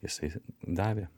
jisai davė